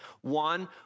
One